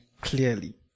clearly